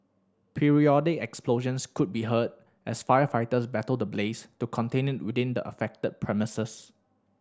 periodic explosions could be heard as firefighters battle the blaze to contain it within the affected premises